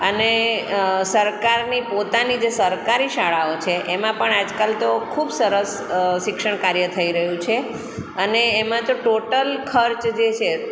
અને સરકારની પોતાની જે સરકારી શાળાઓ છે એમાં પણ આજ કાલ તો ખૂબ સરસ શિક્ષણ કાર્ય થઈ રહ્યું છે અને એમાં તો ટોટલ ખર્ચ જે છે